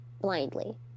Blindly